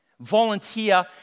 volunteer